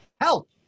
help